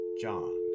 John